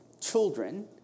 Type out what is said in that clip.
children